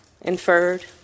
Inferred